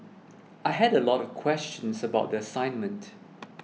I had a lot of questions about the assignment